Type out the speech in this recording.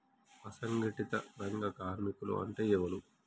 అసంఘటిత రంగ కార్మికులు అంటే ఎవలూ?